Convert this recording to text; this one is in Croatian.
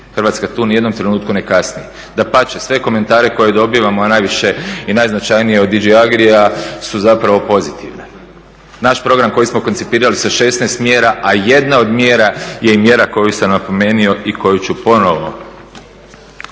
Hrvatska tu u ni jednom trenutku ne kasni. Dapače, sve komentare koje dobivamo, a najviše i najznačajnije od DJ Agria su zapravo pozitivne. Naš program koji smo koncipirali sa 16 mjera, a jedna od mjera je i mjera koju sam napomenuo i koju ću ponovo